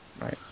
right